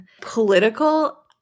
political